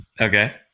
Okay